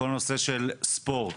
כל נושא של ספורט,